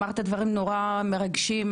אמרת דברים נורא מרגשים,